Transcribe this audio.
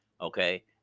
okay